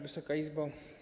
Wysoka Izbo!